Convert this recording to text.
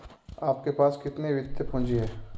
आपके पास कितनी वित्तीय पूँजी है?